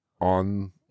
on